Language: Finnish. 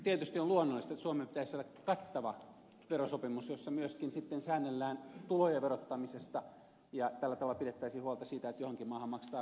tietysti on luonnollista että suomen pitäisi saada kattava verosopimus jossa myöskin sitten säännellään tulojen verottamista ja tällä tavalla pidettäisiin huolta siitä että johonkin maahan maksetaan veroja